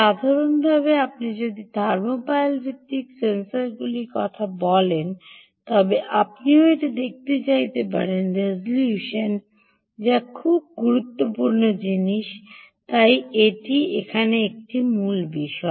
সাধারণভাবে আপনি যদি থার্মোপাইল ভিত্তিক সেন্সরগুলির কথা বলছেন তবে আপনিও এটি দেখতে চাইতে পারেন রেজোলিউশনের যা খুব গুরুত্বপূর্ণ জিনিস তাই এটি এখানে মূল বিষয়